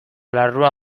larrua